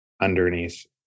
underneath